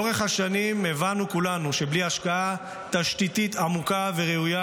לאורך השנים הבנו כולנו שבלי השקעה תשתיתית עמוקה וראויה